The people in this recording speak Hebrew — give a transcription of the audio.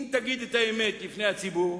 אם תגיד את האמת בפני הציבור,